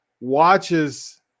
watches